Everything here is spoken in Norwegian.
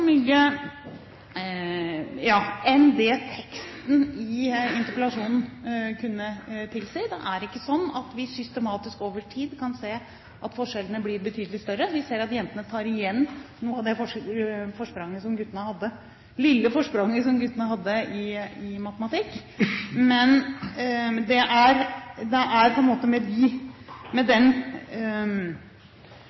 enn det teksten i interpellasjonen kunne tilsi. Det er ikke sånn at vi systematisk og over tid kan se at forskjellene blir betydelig større. Vi ser at jentene tar igjen noe av det lille forspranget som guttene har hatt i matematikk. Men det er, på en måte, med